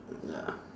ya